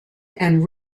and